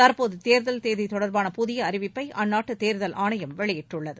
தற்போது தேர்தல் தேதி தொடர்பாள புதிய அறிவிப்பை அந்நாட்டு தேர்தல் ஆணையம் வெளியிட்டுள்ளது